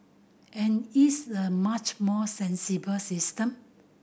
and it's the much more sensible system